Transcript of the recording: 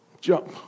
jump